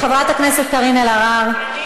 חברת הכנסת קארין אלהרר.